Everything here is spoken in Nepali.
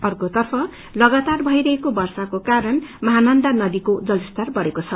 अर्क्रेतर्फ लगातार भइरहेको वर्षाको कारण मझनन्दा नदीको जलस्तर बढ़ेको छ